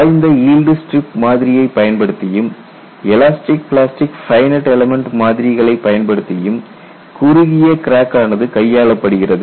சாய்ந்த yield strip மாதிரியைப் பயன்படுத்தியும் எலாஸ்டிக் பிளாஸ்டிக் ஃபைனட் எல்மெண்ட் மாதிரிகளை பயன்படுத்தியும் குறுகிய கிராக் ஆனது கையாளப்படுகிறது